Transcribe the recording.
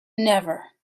never